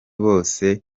bose